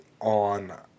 on